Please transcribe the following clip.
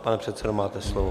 Pane předsedo, máte slovo.